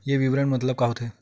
ये विवरण के मतलब का होथे?